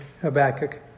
Habakkuk